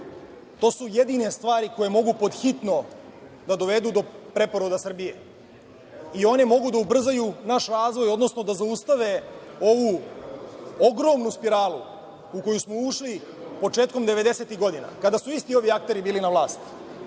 to su jedine stvari koje mogu pod hitno da dovedu do preporoda Srbije. One mogu da ubrzaju naš razvoj, odnosno da zaustave ovu ogromnu spiralu u koju smo ušli početkom devedesetih godina. Kada su isti ovi akteri bili na vlasti.